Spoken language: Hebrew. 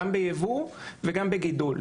גם ביבוא וגם בגידול.